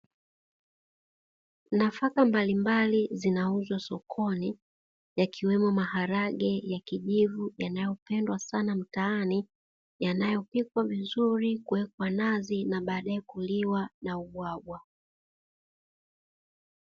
Nafaka mbalimbali zinauzwa sokoni yakiwemo maharage ya kijivu yanayopendwa sana mtaani yanayopikwa vizuri, Kuwekwa nazi na badae kuliwa na ubwabwa.